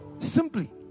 Simply